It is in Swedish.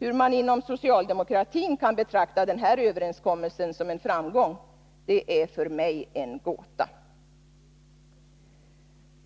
Hur man inom socialdemokratin kan betrakta denna överenskommelse som en framgång är för mig en gåta.